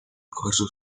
escoger